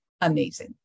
Amazing